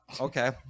okay